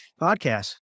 podcast